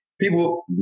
people